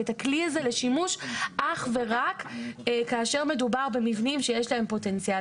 את הכלי הזה לשימוש אך ורק כאשר מדובר במבנים שיש להם פוטנציאל